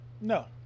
No